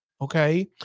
Okay